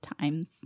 times